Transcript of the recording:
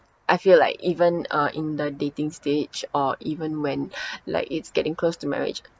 I feel like even uh in the dating stage or even when like it's getting close to marriage